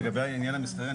לגבי העניין המסחרי,